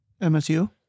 msu